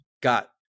got